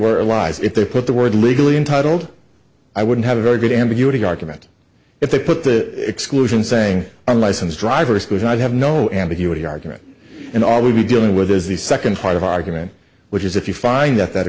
where it lies if they put the word legally entitled i wouldn't have a very good ambiguity argument if they put that exclusion saying unlicensed drivers because i have no ambiguity argument and all we dealing with is the second part of our argument which is if you find that that